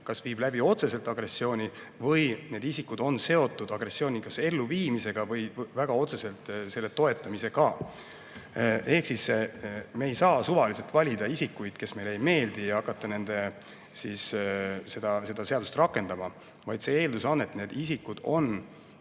kas viib läbi otseselt agressiooni või need isikud on seotud agressiooni elluviimisega või väga otseselt selle toetamisega. Ehk siis me ei saa suvaliselt valida isikuid, kes meile ei meeldi, ja hakata siis seadust rakendama. Eeldus on, et need isikud on